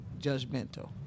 judgmental